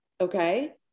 Okay